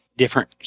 different